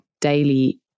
daily